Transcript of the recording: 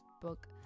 book